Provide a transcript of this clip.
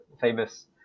famous